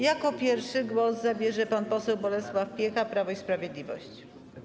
Jako pierwszy głos zabierze pan poseł Bolesław Piecha, Prawo i Sprawiedliwość.